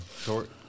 Short